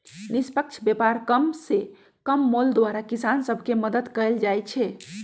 निष्पक्ष व्यापार कम से कम मोल द्वारा किसान सभ के मदद कयल जाइ छै